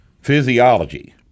physiology